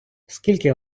скільки